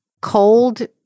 cold